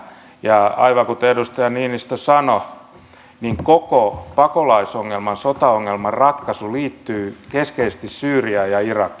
ja aivan kuten edustaja niinistö sanoi koko pakolaisongelman sotaongelman ratkaisu liittyy keskeisesti syyriaan ja irakiin